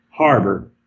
Harbor